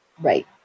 Right